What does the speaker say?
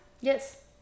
Yes